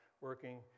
working